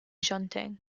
shunting